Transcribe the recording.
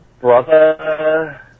brother